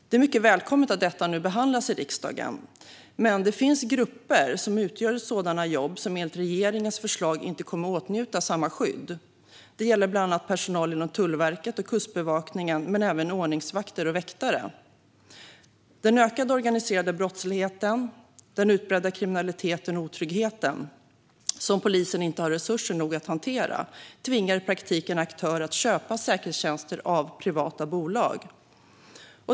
Det är mycket välkommet att detta nu behandlas i riksdagen, men det finns grupper som utför sådana jobb som enligt regeringens förslag inte kommer att åtnjuta samma skydd. Det gäller bland annat personal inom Tullverket och Kustbevakningen men även ordningsvakter och väktare. Den ökade organiserade brottsligheten, den utbredda kriminaliteten och otryggheten, som polisen inte har resurser nog att hantera, tvingar i praktiken aktörer att köpa säkerhetstjänster av privata bolag.